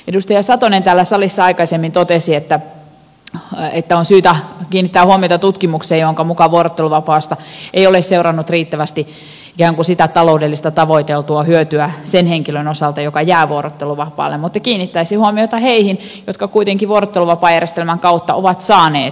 edustaja satonen täällä salissa aikaisemmin totesi että on syytä kiinnittää huomiota tutkimukseen jonka mukaan vuorotteluvapaasta ei ole seurannut riittävästi ikään kuin sitä tavoiteltua taloudellista hyötyä sen henkilön osalta joka jää vuorotteluvapaalle mutta kiinnittäisin huomiota heihin jotka kuitenkin vuorotteluvapaajärjestelmän kautta ovat saaneet työtä